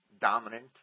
dominant